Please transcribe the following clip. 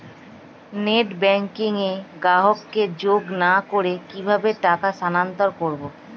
Net banking এ গ্রাহককে যোগ না করে কিভাবে টাকা স্থানান্তর করব?